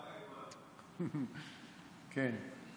כן.